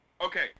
Okay